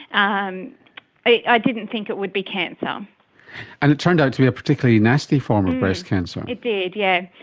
um i didn't think it would be cancer. um and it turned out to be a particularly nasty form of breast cancer. it did, yes,